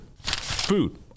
Food